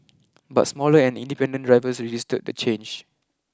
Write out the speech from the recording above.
but smaller and independent drivers resisted the change